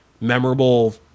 memorable